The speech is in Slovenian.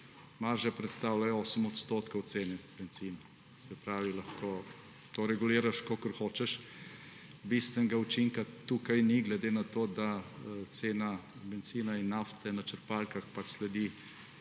Marže predstavljajo 8 odstotkov cene bencina. To se pravi, lahko to reguliraš, kakor hočeš, bistvenega učinka tukaj ni, glede na to da cena bencina in nafte na črpalkah sledi